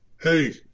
hey